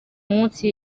munsi